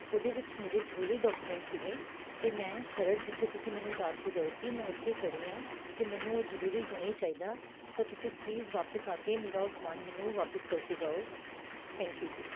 ਉਹਦੇ ਵਿੱਚ ਮੇਰੇ ਜ਼ਰੂਰੀ ਡਾਕੂਮੈਂਟ ਸੀਗੇ ਅਤੇ ਮੈਂ ਖਰੜ ਜਿੱਥੇ ਤੁਸੀਂ ਮੈਨੂੰ ਉਤਾਰ ਕੇ ਗਏ ਸੀ ਮੈਂ ਉੱਥੇ ਹੀ ਖੜ੍ਹੀ ਹਾਂ ਅਤੇ ਮੈਨੂੰ ਉਹ ਜ਼ਰੂਰੀ ਹੁਣੇ ਹੀ ਚਾਹੀਦਾ ਤਾਂ ਤੁਸੀਂ ਪਲੀਜ਼ ਵਾਪਿਸ ਆ ਕੇ ਮੇਰਾ ਉਹ ਸਮਾਨ ਮੈਨੂੰ ਵਾਪਸ ਕਰਕੇ ਜਾਓ ਥੈਂਕ ਯੂ ਜੀ